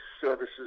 services